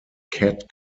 cat